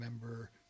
remember